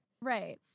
Right